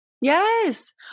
Yes